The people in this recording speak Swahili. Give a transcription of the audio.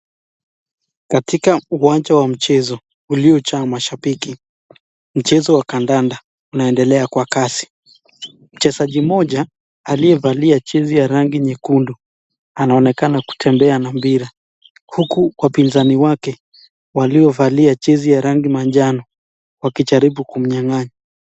Katika uwanja wa mchezo uliyojaa mashabiki, mchezo wa kadanda unaendelea kwa Kasi. Mchezaji mmoja aliyevalia jezi ya rangi nyekundu anaonekana kutembea na mpira huku wapinzani wake waliovalia jezi ya rangi manjano wakijaribu kumnyanganya.